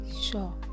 Sure